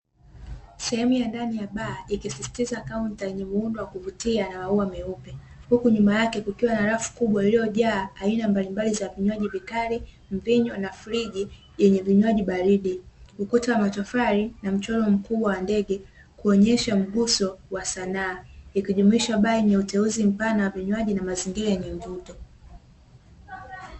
Sehemu ya ndani ya baa, ikisisitiza kaunta ni muundo wa kuvutia na maua meupe. Huku nyuma yake kukiwa na rafu kubwa iliyojaa aina mbalimbali za vinywaji vikali, mvinyo na friji yenye vinywaji baridi. Ukuta wa matofali na mchoro mkubwa wa ndege kuonyesha mguso wa sanaa. Ukijumlisha baa yenye uteuzi mpana wa vinywaji na mazingira yenye mvuto.